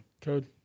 Code